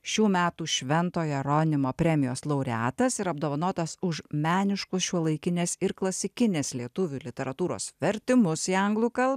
šių metų švento jeronimo premijos laureatas ir apdovanotas už meniškus šiuolaikinės ir klasikinės lietuvių literatūros vertimus į anglų kal